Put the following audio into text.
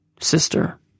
sister